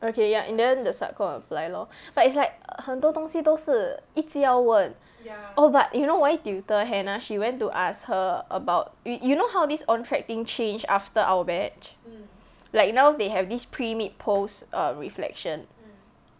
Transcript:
okay ya and in the end the sub comm apply lor but it's like 很多东西都是一直要问 oh but you know Y tutor hannah she went to ask her about y~ you know how this ontrac change after our batch like you know they have this pre-meet post err reflection